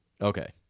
Okay